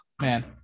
man